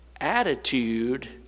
attitude